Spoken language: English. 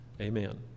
amen